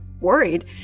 worried